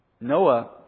Noah